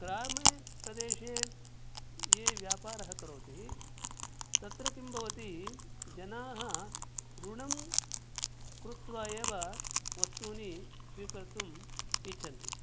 ग्रामे प्रदेशे ये व्यापारः करोति तत्र किं भवति जनाः ऋणं कृत्वा एव वस्तूनि स्वीकर्तुम् इच्छन्ति